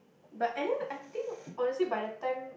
but anyway I think honestly by that time